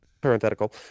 parenthetical